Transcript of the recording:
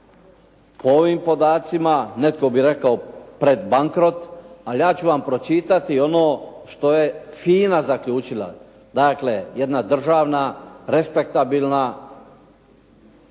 po ovim podacima netko bi rekao pred bankrot, ali ja ću vam pročitati ono što je FINA zaključila, dakle jedna državna respektabilna